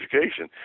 Education